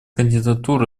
кандидатур